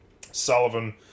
Sullivan